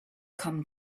come